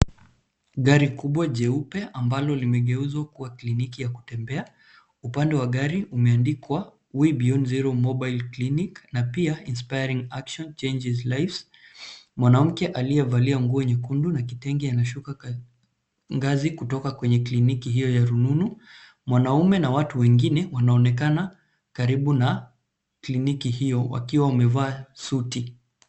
Gari kubwa jeupe ambalo limegeuzwa kuwa kliniki ya kutembea. Upande wa gari umeandikwa We Beyond Zero Mobile Clinic na pia inspiring action changes lives . Mwanamke aliyevalia nguo nyekundu na kitenge anashuka ngazi kutoka kwenye kliniki hio ya rununu. Mwanaume na watu wengine wanaonekana karibu na kliniki hio wakiwa wamevaa suti.